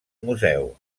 museu